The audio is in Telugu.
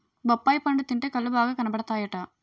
బొప్పాయి పండు తింటే కళ్ళు బాగా కనబడతాయట